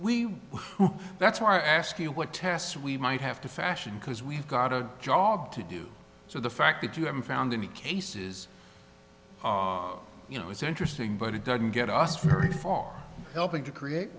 that's why i ask you what tests we might have to fashion because we've got a job to do so the fact that you haven't found any cases you know is interesting but it doesn't get us very far helping to